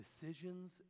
decisions